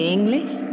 English